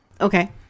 okay